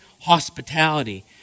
hospitality